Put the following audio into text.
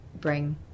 bring